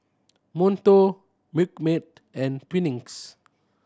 Monto Milkmaid and Twinings